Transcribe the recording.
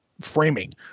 framing